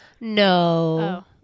No